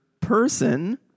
person